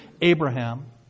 Abraham